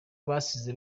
basize